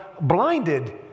blinded